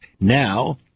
Now